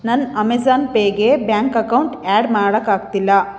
ನನ್ನ ಅಮೇಜಾನ್ ಪೇಗೆ bank account add ಮಾಡೋಕ್ಕಾಗ್ತಿಲ್ಲ